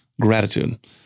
Gratitude